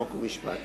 חוק ומשפט.